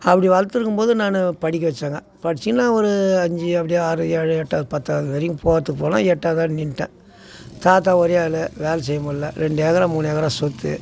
அப்படி வளர்த்துட்டு இருக்கும் போது நான் படிக்க வைச்சாங்க படித்து நான் ஒரு அஞ்சு அப்படியே ஆறு ஏழு எட்டாவது பத்தாவது வரையும் போகிறதுக்கு போனே எட்டாவதோட நின்னுட்டேன் தாத்தா ஒரே ஆள் வேலை செய்யமுடில ரெண்டு ஏக்கரா மூணு ஏக்கரா சொத்து